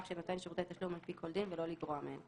של נותן שירותי תשלום על פי כל דין ולא לגרוע מהן.